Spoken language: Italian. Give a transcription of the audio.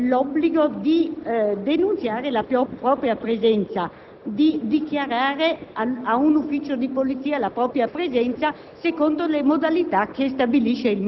Ho ascoltato l'intervento del Ministro in merito a questi obblighi e le difficoltà che ha esposto per il turismo in Italia.